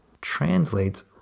translates